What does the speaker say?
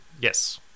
Yes